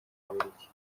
n’ababiligi